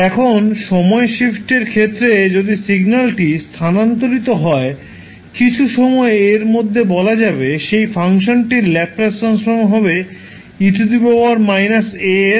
এখন সময় শিফটের ক্ষেত্রে যদি সিগন্যালটি স্থানান্তরিত হয় কিছু সময় a এর মধ্যেবলা যাবে সেই ফাংশনটির ল্যাপ্লাস ট্রান্সফর্ম হবে 𝑒 − 𝑎𝑠𝐹 𝑠